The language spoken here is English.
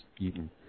eaten